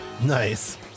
Nice